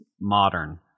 modern